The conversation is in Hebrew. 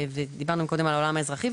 דיברנו מקודם על העולם האזרחי,